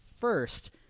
first